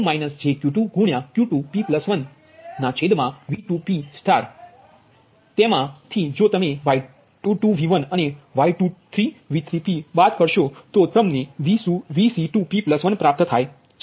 1Y22P2 jQ2 Q2p1 ના છેદ માV2p તેમા થી Y21V1 અને Y23V3p બાદ કરતા આપણને Vc2p1 પ્રાપ્ત થાય છે